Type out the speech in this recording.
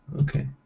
Okay